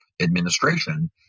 administration